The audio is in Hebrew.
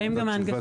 למשל,